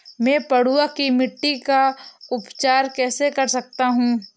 मैं पडुआ की मिट्टी का उपचार कैसे कर सकता हूँ?